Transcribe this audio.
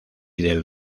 del